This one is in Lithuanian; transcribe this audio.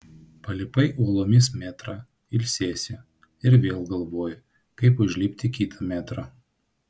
palipai uolomis metrą ilsiesi ir vėl galvoji kaip užlipti kitą metrą